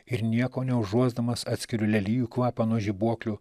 ir nieko neužuosdamas atskiriu lelijų kvapą nuo žibuoklių